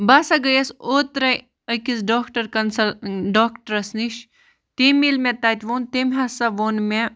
بہٕ ہَسا گٔیَس اوترَے أکِس ڈاکٹر کَنسَل ڈاکٹرٛس نِش تٔمۍ ییٚلہِ مےٚ تَتہِ ووٚن تٔمۍ ہَسا ووٚن مےٚ